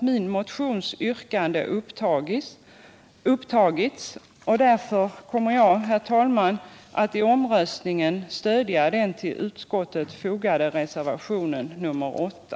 Mitt motionsyrkande har upptagits i reservationen 8, och jag kommer därför, herr talman, att vid omröstningen stödja denna.